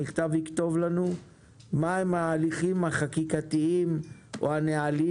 המכתב יכתוב לנו מה ההליכים החקיקתיים או הנהלים